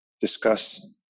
discuss